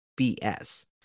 BS